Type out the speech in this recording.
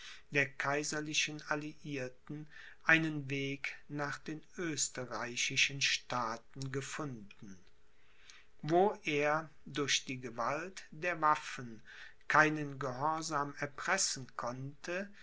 der kaiserlichen alliierten einen weg nach den österreichischen staaten gefunden wo er durch die gewalt der waffen keinen gehorsam erpressen konnte